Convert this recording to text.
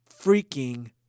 freaking